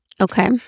Okay